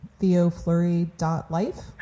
theoflurry.life